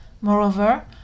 Moreover